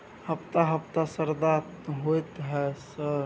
हफ्ता हफ्ता शरदा होतय है सर?